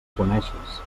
coneixes